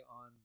on